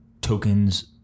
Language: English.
tokens